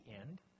end